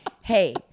hey